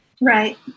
right